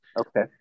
okay